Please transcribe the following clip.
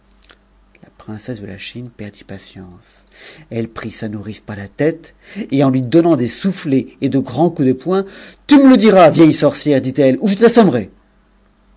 la princesse de la chine perdit patience elle prit sa nourrice par tête et en lui donnant des soufflets et de grands coups de poing me le diras vieille sorcière dit-elle ou je t'assommerai